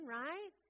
right